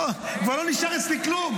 בוא, כבר לא נשאר אצלי כלום.